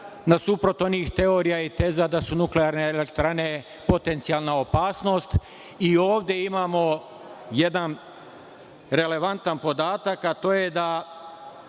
nasuprot onih teorija i teza da su nuklearne elektrane potencijalna opasnost. Ovde imamo jedan relevantan podatak, a to je da